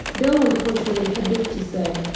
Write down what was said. bella, on the contrary, had this to say,